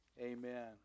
Amen